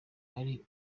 ari